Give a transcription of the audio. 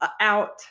out